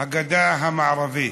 הגדה המערבית.